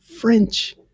French